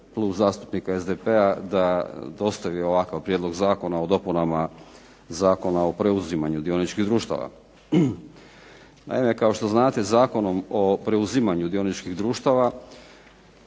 Klub zastupnika SDP-a da dostavi ovakav Prijedlog zakona o dopunama Zakona o preuzimanju dioničkih društava. Naime, kao što znate, Zakonom o preuzimanju dioničkih društava